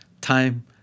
time